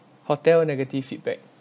hotel negative feedback